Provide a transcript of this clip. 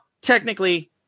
technically